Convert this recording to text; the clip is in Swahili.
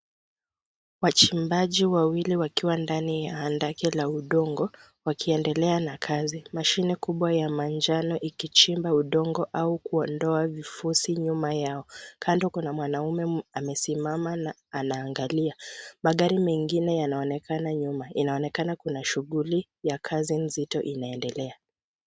Wachimbaji wawili wakiwa ndani ya handaki la udongo wakiendelea na kazi. Mashine kubwa ya manjano ikichimba udongo au kuondoa vifusi nyuma yao. Kando kuna mwanaume amesimama na anaangalia. Magari mengine yanaonekana nyuma. Inaonekana kuna shughuli ya kazi nzito inaendelea.